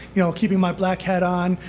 you know keeping my black hat on,